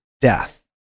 death